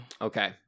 Okay